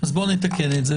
אז בוא נתקן את זה,